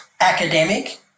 academic